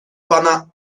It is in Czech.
pana